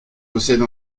possède